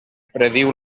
prediu